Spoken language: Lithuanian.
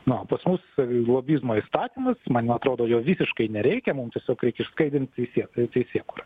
na o pas mus lobizmo įstatymas man atrodo jo visiškai nereikia mum tiesiog reikia išskaidrint visiem teisėkūrą